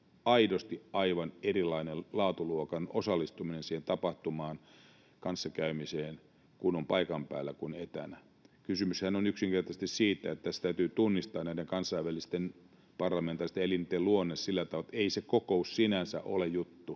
aidosti aivan eri laatuluokan osallistuminen siihen tapahtumaan, kanssakäymiseen, kun on paikan päällä eikä etänä. Kysymyshän on yksinkertaisesti siitä, että tässä täytyy tunnistaa näiden kansainvälisten parlamentaaristen elinten luonne sillä tavalla, että ei se kokous sinänsä ole se juttu.